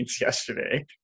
yesterday